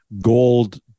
gold